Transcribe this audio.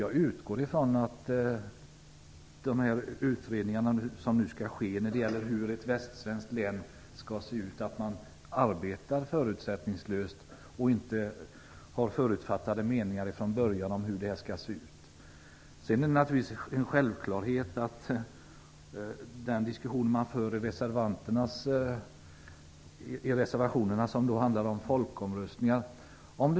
Jag utgår ifrån att man i utredningarna arbetar förutsättningslöst och inte har förutfattade meningar om hur ett västsvenskt län skall se ut. Den diskussion man för i reservationerna handlar om folkomröstningar.